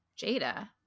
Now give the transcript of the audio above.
Jada